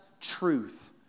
truth